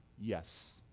Yes